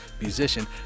musician